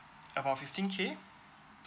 about fifteen K